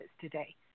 today